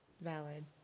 Valid